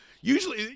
usually